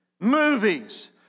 movies